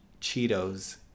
Cheetos